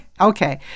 Okay